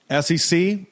SEC